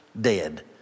dead